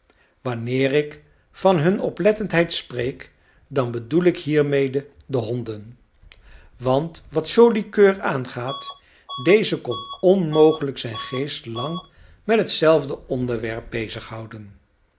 wanneer ik van hun oplettendheid spreek dan bedoel ik hiermede de honden want wat joli coeur aangaat deze kon onmogelijk zijn geest lang met hetzelfde onderwerp